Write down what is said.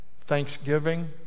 thanksgiving